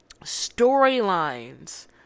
storylines